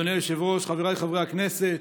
אדוני היושב-ראש, חבריי חברי הכנסת,